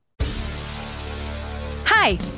Hi